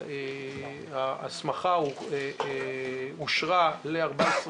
ההסמכה אושרה ל-14 יום,